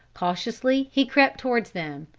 cautiously he crept towards them,